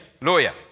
lawyer